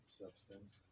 substance